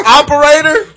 operator